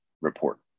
report